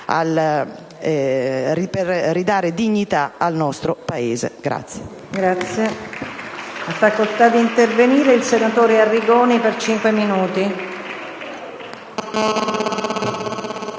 per ridare dignità al nostro Paese.